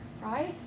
right